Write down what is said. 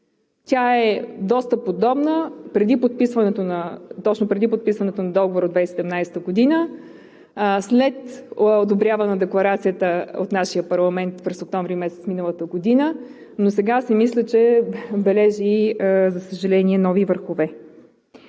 Тя е подобна на точно преди подписването на Договора от 2017 г. след одобряване на Декларацията от нашия парламент през месец октомври миналата година, но сега си мисля, че бележи, за съжаление, нови върхове.